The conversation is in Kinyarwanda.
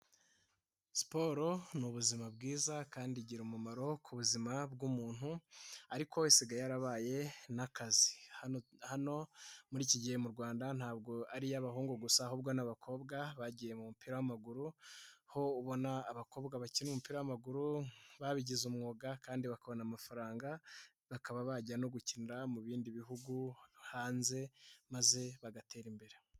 Siporo ni ubuzima bwiza kandi igira umumaro ku buzima bw'umuntu, ariko isigaye yarabaye n'akazi. Hano muri iki gihe mu Rwanda ntabwo ari iy'abahungu gusa ahubwo n' nabakobwa bagiye mupira w'amaguru, aho ubona abakobwa bakina umupira w'amaguru babigize umwuga kandi ba bakabona amafaranga, bakaba bajya no gukinira mu bindi bihugu hanze maze bagatera imbere.